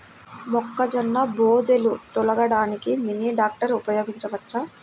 మొక్కజొన్న బోదెలు తోలడానికి మినీ ట్రాక్టర్ ఉపయోగించవచ్చా?